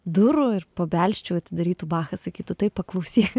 durų ir pabelsčiau atidarytų bachas sakytų taip paklausyk